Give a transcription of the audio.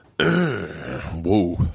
Whoa